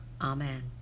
Amen